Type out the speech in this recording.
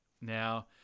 Now